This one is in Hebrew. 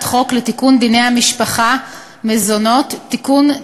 חוק לתיקון דיני המשפחה (מזונות) (תיקון,